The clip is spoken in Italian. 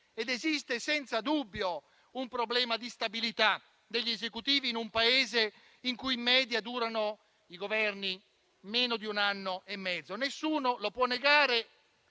ed esiste senza dubbio un problema di stabilità degli Esecutivi in un Paese in cui in media i Governi durano meno di un anno e mezzo. Nessuno lo può negare